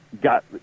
got